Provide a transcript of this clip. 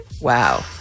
Wow